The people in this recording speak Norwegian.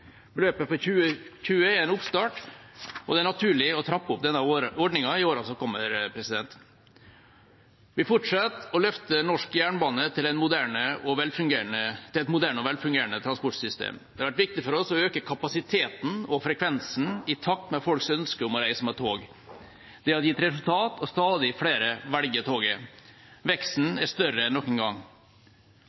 Beløpet for 2020 er en oppstart, og det er naturlig å trappe opp denne ordningen i årene som kommer. Vi fortsetter å løfte norsk jernbane til et moderne og velfungerende transportsystem. Det har vært viktig for oss å øke kapasiteten og frekvensen i takt med folks ønske om å reise med tog. Det har gitt resultat, og stadig flere velger toget. Veksten er større enn noen gang. Godsanalysen som ble utarbeidet i forbindelse med Nasjonal transportplan for 2018–2029, viser at vi kan forvente en